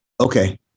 Okay